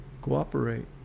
cooperate